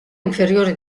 inferiore